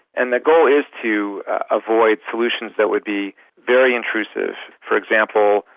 and the goal is to avoid solutions that would be very intrusive. for example,